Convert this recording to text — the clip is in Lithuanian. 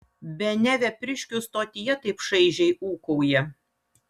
bene vepriškių stotyje taip šaižiai ūkauja